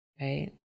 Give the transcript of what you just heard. right